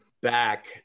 back